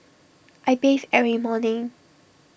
I bathe every morning